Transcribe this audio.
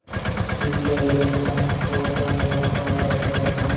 UPI ले मैं कोन कोन ला भुगतान कर सकत हओं?